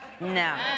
No